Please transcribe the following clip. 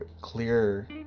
clear